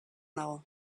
dago